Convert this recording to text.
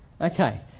Okay